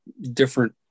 different